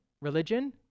religion